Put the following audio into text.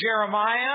Jeremiah